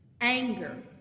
Anger